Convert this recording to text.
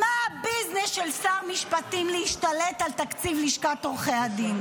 מה הביזנס של שר המשפטים להשתלט על תקציב לשכת עורכי הדין?